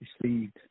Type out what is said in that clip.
received